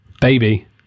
Baby